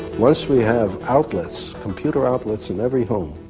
once we have outlets, computer outlets in every home,